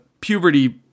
puberty